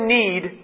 need